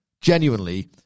Genuinely